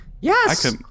Yes